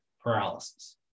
paralysis